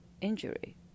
injury